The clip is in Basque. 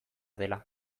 dela